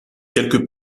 quelque